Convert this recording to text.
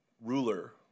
ruler